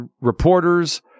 reporters